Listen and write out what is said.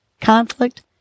conflict